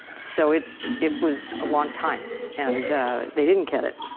so it it was a long time and they didn't get it.